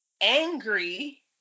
angry